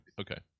Okay